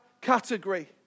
category